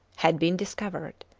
had been discovered.